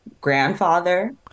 grandfather